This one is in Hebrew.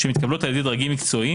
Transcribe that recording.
המתקבלות בידי דרגים מקצועיים,